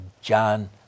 John